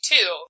Two